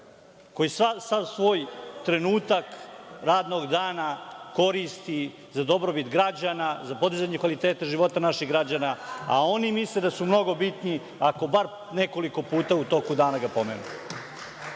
koji sav svoj trenutak radnog dana koristi za dobrobit građana, za podizanje kvaliteta života naših građana, a oni misle da su mnogo bitni ako ga bar nekoliko puta u toku dana pomenu. Dokle